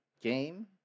game